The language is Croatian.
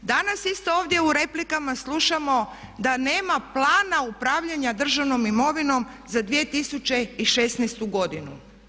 Danas isto ovdje u replikama slušamo da nema Plana upravljanja državnom imovinom za 2016. godinu.